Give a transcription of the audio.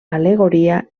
al·legoria